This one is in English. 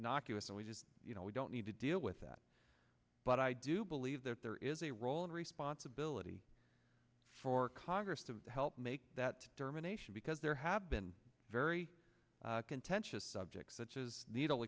knocked us and we just you know we don't need to deal with that but i do believe that there is a role and responsibility for congress to help make that determination because there have been very contentious subjects such as needle